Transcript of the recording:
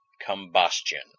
combustion